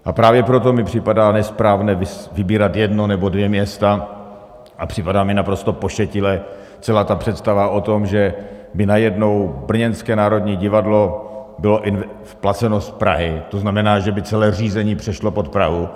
A právě proto mi připadá nesprávné vybírat jedno nebo dvě města a připadá mi naprosto pošetilá celá ta představa o tom, že by najednou brněnské Národní divadlo bylo placeno z Prahy, to znamená, že by celé řízení přešlo pod Prahu.